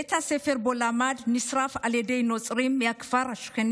בית הספר שבו למד נשרף על ידי נוצרים מהכפר השכן